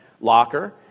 locker